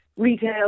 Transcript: retail